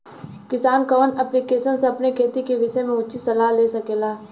किसान कवन ऐप्लिकेशन से अपने खेती के विषय मे उचित सलाह ले सकेला?